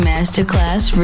Masterclass